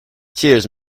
cheers